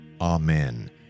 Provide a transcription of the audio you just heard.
Amen